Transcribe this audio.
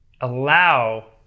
Allow